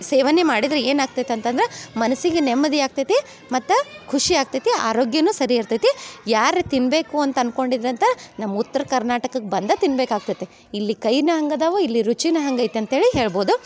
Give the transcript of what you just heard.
ಸೇವನೆ ಮಾಡಿದರೆ ಏನು ಆಗ್ತೈತೆ ಅಂತಂದ್ರ ಮನಸಿಗೆ ನೆಮ್ಮದಿ ಆಗ್ತೈತಿ ಮತ್ತು ಖುಷಿ ಆಗ್ತೈತಿ ಆರೋಗ್ಯನು ಸರಿ ಇರ್ತೈತಿ ಯಾರು ತಿನ್ನಬೇಕು ಅಂತ ಅನ್ಕೊಂಡು ಇದ್ರಂತ ನಮ್ಮ ಉತ್ರ ಕರ್ನಾಟಕಕ್ಕೆ ಬಂದು ತಿನ್ಬೇಕು ಆಗ್ತೈತೆ ಇಲ್ಲಿ ಕೈನ ಹಂಗ್ ಅದಾವು ಇಲ್ಲಿ ರುಚಿನ ಹಾಗೈತೆ ಅಂತೇಳಿ ಹೇಳ್ಬೋದು